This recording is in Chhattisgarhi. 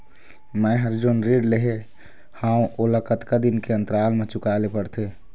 मैं हर जोन ऋण लेहे हाओ ओला कतका दिन के अंतराल मा चुकाए ले पड़ते?